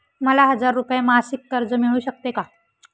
मला हजार रुपये मासिक कर्ज मिळू शकते का?